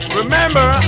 remember